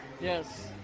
Yes